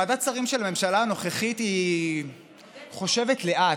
ועדת שרים של הממשלה הנוכחית חושבת לאט.